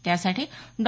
त्यासाठी डॉ